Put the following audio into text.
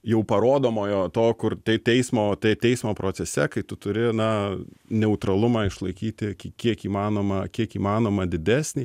jau parodomojo to kur tai teismo tai teismo procese kai tu turi na neutralumą išlaikyti ki kiek įmanoma kiek įmanoma didesnį